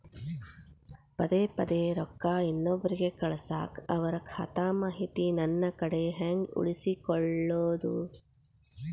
ಪದೆ ಪದೇ ರೊಕ್ಕ ಇನ್ನೊಬ್ರಿಗೆ ಕಳಸಾಕ್ ಅವರ ಖಾತಾ ಮಾಹಿತಿ ನನ್ನ ಕಡೆ ಹೆಂಗ್ ಉಳಿಸಿಕೊಳ್ಳೋದು?